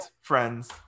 friends